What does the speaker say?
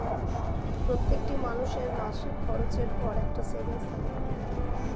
প্রত্যেকটি মানুষের মাসিক খরচের পর একটা সেভিংস থাকা দরকার